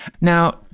Now